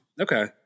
Okay